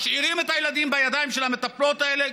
משאירים את הילדים בידיים של המטפלות האלה,